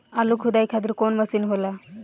आलू खुदाई खातिर कवन मशीन होला?